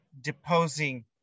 deposing